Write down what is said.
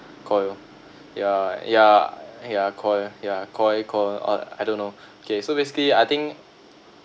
Koi ya ya ya Koi ya Koi Koi or I don't know okay so basically I think